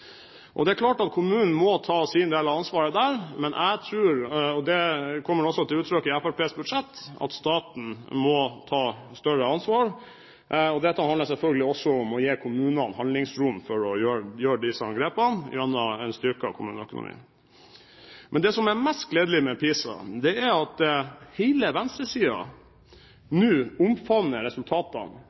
lærere. Det er klart at kommunene må ta sin del av ansvaret der, men jeg tror – og det kommer også til uttrykk i Fremskrittspartiets budsjett – at staten må ta et større ansvar. Dette handler selvfølgelig også om å gi kommunene handlingsrom for å ta disse grepene gjennom en styrket kommuneøkonomi. Men det som er mest gledelig med PISA, er at hele venstresiden nå omfavner resultatene